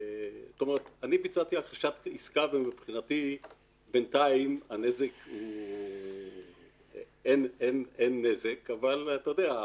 אני ביצעתי הכחשת עסקה ומבחינתי בינתיים אין נזק אבל אתה יודע,